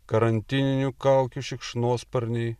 karantininių kaukių šikšnosparniai